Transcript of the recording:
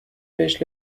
بهش